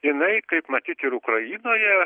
jinai kaip matyt ir ukrainoje